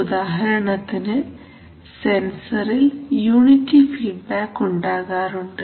ഉദാഹരണത്തിന് സെൻസറിൽ unity feedback ഉണ്ടാകാറുണ്ട്